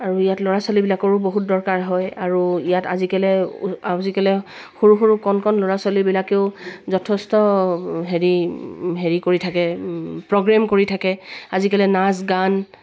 আৰু ইয়াত ল'ৰা ছোৱালীবিলাকৰো বহুত দৰকাৰ হয় আৰু ইয়াত আজিকালি আজিকালি সৰু সৰু কণ কণ ল'ৰা ছোৱালীবিলাকেও যথেষ্ট হেৰি হেৰি কৰি থাকে প্ৰগ্ৰেম কৰি থাকে আজিকালি নাচ গান